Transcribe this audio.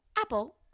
apple